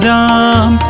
Ram